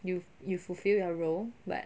you you fulfil your role but